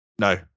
no